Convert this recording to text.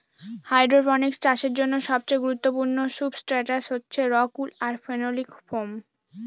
hydroponics চাষের জন্য সবচেয়ে গুরুত্বপূর্ণ সুবস্ট্রাটাস হচ্ছে রক উল আর ফেনোলিক ফোম